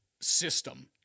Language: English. system